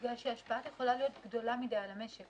כי ההשפעה יכולה להיות גדולה מדי על המשק.